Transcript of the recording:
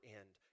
end